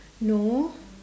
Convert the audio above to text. no